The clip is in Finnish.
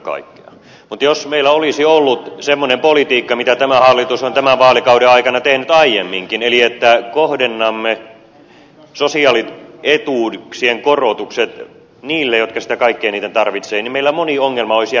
mutta jos meillä olisi ollut semmoinen politiikka mitä tämä hallitus on tämän vaalikauden aikana tehnyt aiemminkin eli että kohdennamme sosiaalietuuksien korotukset niille jotka niitä kaikkein eniten tarvitsevat niin meillä moni ongelma olisi jäänyt syntymättä